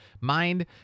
Mind